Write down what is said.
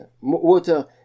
Water